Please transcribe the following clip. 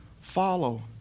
follow